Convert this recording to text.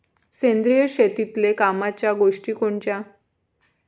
सेंद्रिय शेतीतले कामाच्या गोष्टी कोनच्या?